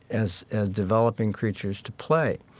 as ah developing creatures, to play.